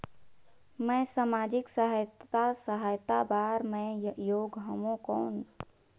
मैं समाजिक सहायता सहायता बार मैं योग हवं कौन?